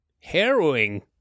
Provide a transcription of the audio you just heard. harrowing